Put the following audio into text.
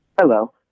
Hello